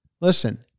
Listen